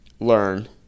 learn